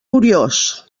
curiós